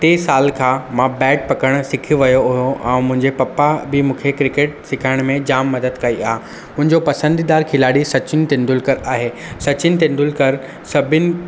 टे साल खां मां बैट पकिड़णु सिखी वियो हुउमि ऐं मुंहिंजे पपा बि मूंखे क्रिकेट सेखारण में जाम मदद कई आ्हे मुंहिंजो पसंदीदा खिलाड़ी सचिन तेंदुलकर आहे सचिन तेंदुलकर सभिनि